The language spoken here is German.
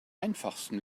einfachsten